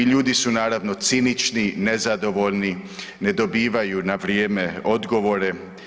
I ljudi su naravno cinični, nezadovoljni, ne dobivaju na vrijeme odgovore.